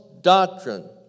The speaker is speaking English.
doctrine